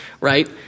right